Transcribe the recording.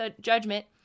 judgment